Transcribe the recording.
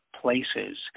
places